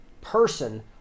person